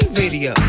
video